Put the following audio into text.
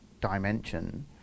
dimension